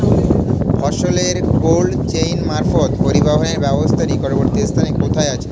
ফসলের cold chain মারফত পরিবহনের ব্যাবস্থা নিকটবর্তী স্থানে কোথায় আছে?